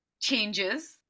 changes